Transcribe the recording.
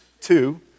Two